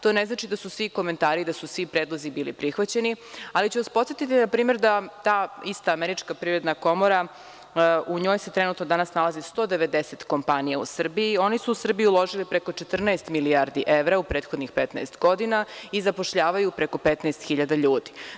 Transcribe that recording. To ne znači da su svi komentari i da su svi predlozi bili prihvaćeni, ali ću vas podsetiti, na primer, da ta ista Američka privredna komora, u njoj se trenutno danas nalazi 190 kompanija u Srbiji i oni su u Srbiju uložili preko 14 milijardi evra u prethodnih 15 godina i zapošljavaju preko 15 hiljada ljudi.